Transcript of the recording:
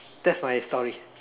that's my story